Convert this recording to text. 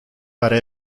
para